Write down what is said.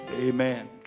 amen